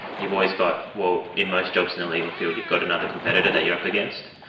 you've always got, well, in most jobs in the legal field you've got another competitor that you are up against,